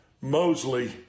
Mosley